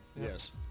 Yes